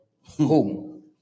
home